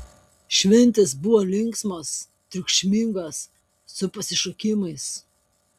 šventės buvo linksmos triukšmingos su pasišokimais